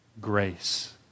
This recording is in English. grace